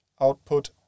output